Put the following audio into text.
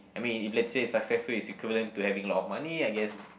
I mean if let's say successful is equivalent to having a lot of money I guess